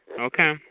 Okay